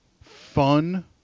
fun